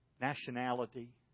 nationality